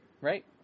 right